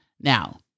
Now